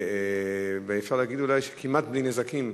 ואפשר להגיד אולי שכמעט בלי נזקים.